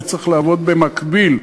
וצריך לעבוד במקביל,